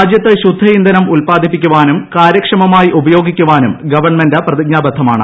രാജ്യത്ത് ശുദ്ധ ഇന്ധനം ഉല്പാദീപ്പിക്കാനും കാര്യക്ഷമമായി ഉപയോഗിക്കാനും ഗവൺമെന്റ് പ്രതിജ്ഞാബദ്ധമാണ്